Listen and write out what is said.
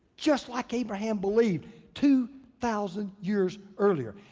just like abraham believed two thousand years earlier.